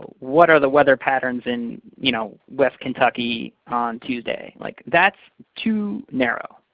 what are the weather patterns in you know west kentucky on tuesday? like that's too narrow.